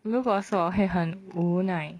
如果是我我会很无奈